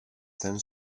than